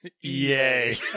Yay